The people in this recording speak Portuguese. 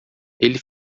ele